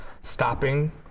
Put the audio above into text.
stopping